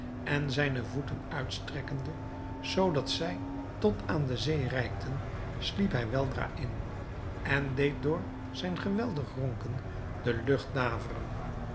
en zijne voeten uitstrekkende zoo dat zij tot aan de zee reikten sliep hij weldra in en deed door zijn geweldig ronken de